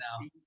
now